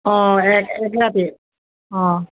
অঁ এক ৰাতি অঁ